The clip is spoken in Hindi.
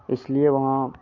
इसलिए वहाँ